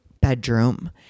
bedroom